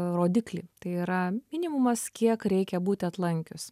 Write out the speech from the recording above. rodiklį tai yra minimumas kiek reikia būti atlankius